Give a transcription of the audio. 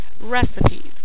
recipes